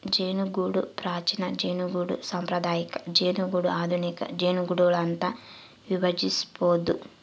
ಜೇನುಗೂಡು ಪ್ರಾಚೀನ ಜೇನುಗೂಡು ಸಾಂಪ್ರದಾಯಿಕ ಜೇನುಗೂಡು ಆಧುನಿಕ ಜೇನುಗೂಡುಗಳು ಅಂತ ವಿಭಜಿಸ್ಬೋದು